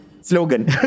Slogan